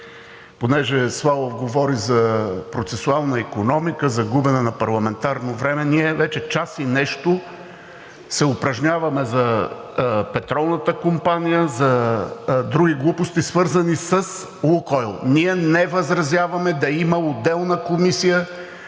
Понеже Славов говори за процесуална икономия, за губене на парламентарно време, ние вече час и нещо се упражняваме за Петролната компания, за други глупости, свързани с „Лукойл“. Ние не възразяваме да има отделна комисия.